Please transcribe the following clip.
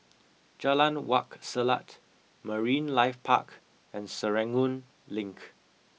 Jalan Wak Selat Marine Life Park and Serangoon Link